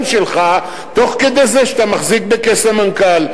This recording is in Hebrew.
שלך תוך כדי זה שאתה מחזיק בכס המנכ"ל.